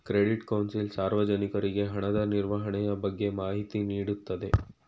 credit council ಸಾರ್ವಜನಿಕರಿಗೆ ಹಣದ ನಿರ್ವಹಣೆಯ ಬಗ್ಗೆ ಮಾಹಿತಿ ನೀಡುತ್ತದೆ